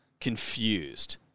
confused